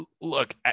look